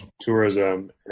tourism